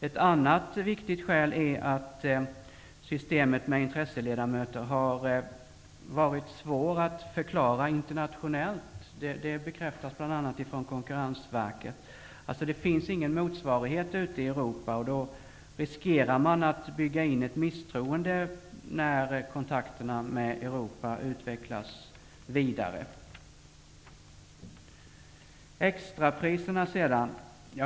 Ett annat viktigt skäl är att systemet med intresseledamöter har varit svårt att förklara internationellt. Det bekräftas bl.a. av Konkurrensverket. Det finns ingen motsvarighet ute i Europa, därför riskerar man att bygga in ett misstroende när kontakterna med Europa utvecklas vidare.